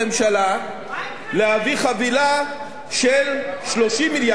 להביא חבילה של 30 מיליארד או 29 מיליארד.